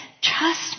Trust